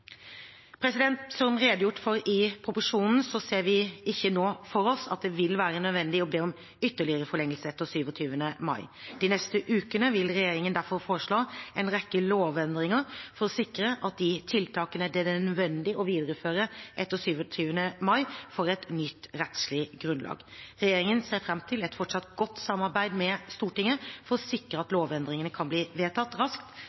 Som redegjort for i proposisjonen ser vi ikke nå for oss at det vil være nødvendig å be om ytterligere forlengelse etter 27. mai. De neste ukene vil regjeringen derfor foreslå en rekke lovendringer for å sikre at de tiltakene det er nødvendig å videreføre etter 27. mai, får et nytt rettslig grunnlag. Regjeringen ser fram til et fortsatt godt samarbeid med Stortinget for å sikre at lovendringene kan bli vedtatt raskt,